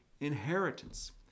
inheritance